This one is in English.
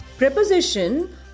preposition